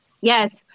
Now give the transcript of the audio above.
Yes